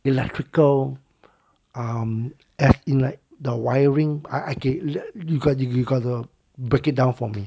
electrical um as in like the wiring I gave is it you got you got to break it down for me